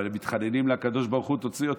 אבל הם מתחננים לקדוש ברוך הוא: תוציא אותנו.